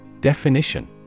Definition